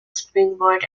springboard